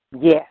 Yes